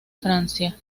francia